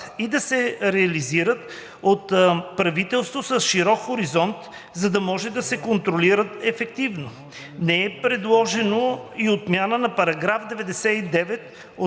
и да се реализират от правителство с широк хоризонт, за да може да се контролира ефективно. Не е предложено и отмяна на § 99 от